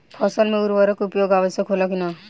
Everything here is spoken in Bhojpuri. फसल में उर्वरक के उपयोग आवश्यक होला कि न?